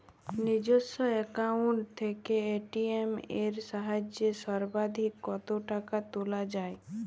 নিজস্ব অ্যাকাউন্ট থেকে এ.টি.এম এর সাহায্যে সর্বাধিক কতো টাকা তোলা যায়?